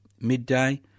midday